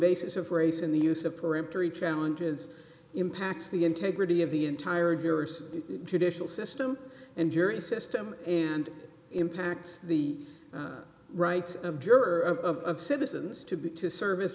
basis of race in the use of peremptory challenges impacts the integrity of the entire jurors judicial system and jury system and impacts the rights of juror of citizens to be service